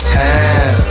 time